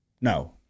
no